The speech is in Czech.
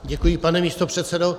Děkuji, pane místopředsedo.